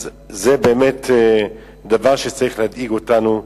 אז זה באמת דבר שצריך להדאיג אותנו.